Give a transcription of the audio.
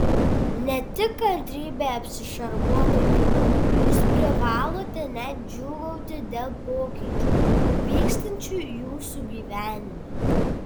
ne tik kantrybe apsišarvuokite jūs privalote net džiūgauti dėl pokyčių vykstančių jūsų gyvenime